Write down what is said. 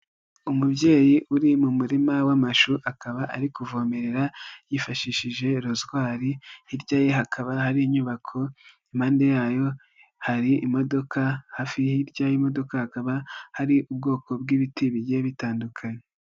Umubyeyi uri mu murima w'amashu akaba ari kuvomerera yifashishije rozwari, hirya ye hakaba hari inyubako, impande yayo hari imodoka, hafi hirya y'imodoka hakaba hari ubwoko bw'ibiti bigiye bitandukanye.